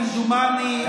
כמדומני,